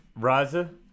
Raza